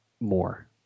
more